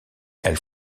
elles